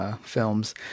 films